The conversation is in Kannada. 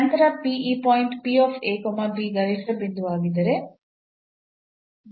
ನಂತರ ಈ ಪಾಯಿಂಟ್ ಗರಿಷ್ಠ ಬಿಂದುವಾಗಿರುತ್ತದೆ